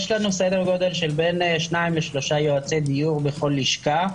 יש לנו סדר גודל של בין שניים לשלושה יועצי דיור בכל לשכה.